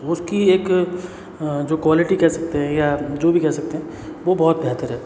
उसकी एक जो क्वालिटी कह सकते हैं या जो भी कह सकते हैं वो बहुत बेहतर है